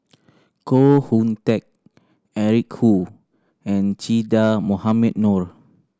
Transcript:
Koh Hoon Teck Eric Khoo and Che Dah Mohamed Noor